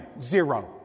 Zero